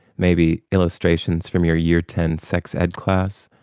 maybe illustrations from your year ten sex ed class,